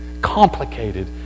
complicated